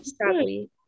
sadly